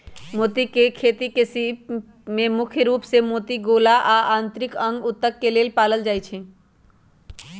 मोती के खेती में सीप के मुख्य रूप से मोती गोला आ आन्तरिक अंग उत्तक के लेल पालल जाई छई